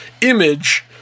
image